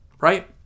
right